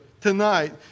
tonight